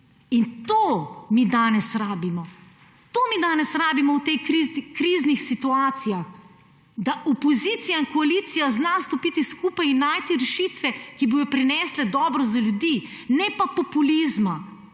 In to mi danes rabimo. To mi danes rabimo v teh kriznih situacijah, da opozicija in koalicija zna stopiti skupaj in najti rešitve, ki bodo prinesle dobro za ljudi, ne pa populizma.